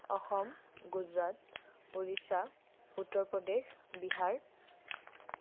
Assam Gujarat Orissa Uttar Pradesh Bihar